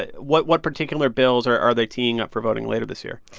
ah what what particular bills are are they teeing up for voting later this year?